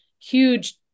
huge